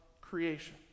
creation